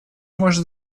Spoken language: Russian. может